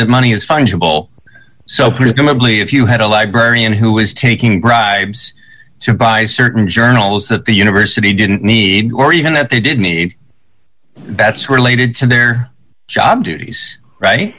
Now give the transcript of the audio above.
presumably if you had a librarian who was taking bribes to buy certain journals that the university didn't need or even that they did me that's related to their job duties right